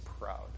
proud